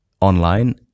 online